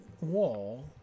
wall